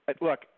Look